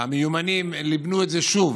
המיומנים ליבנו את זה שוב.